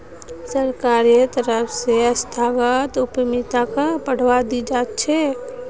सरकारेर तरफ स संस्थागत उद्यमिताक बढ़ावा दी त रह छेक